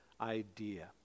idea